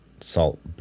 Salt